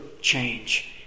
change